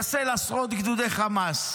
לחסל עשרות גדודי חמאס,